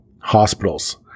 hospitals